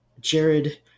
Jared